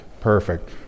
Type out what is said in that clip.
Perfect